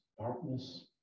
darkness